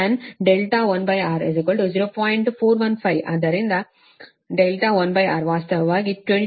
415 ಆದ್ದರಿಂದ R1 ವಾಸ್ತವವಾಗಿ 22